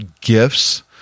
gifts